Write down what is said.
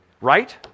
right